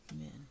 Amen